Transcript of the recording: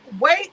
wait